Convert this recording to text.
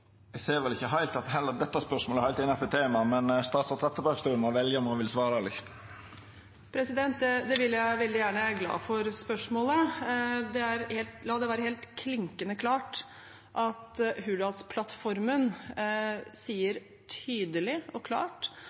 Eg ser vel ikkje at dette spørsmålet heller er heilt innanfor temaet, men statsråd Trettebergstuen får velja om ho vil svara eller ikkje. Det vil jeg veldig gjerne. Jeg er glad for spørsmålet. La det være helt klinkende klart at Hurdalsplattformen sier tydelig og klart